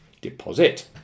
deposit